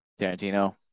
Tarantino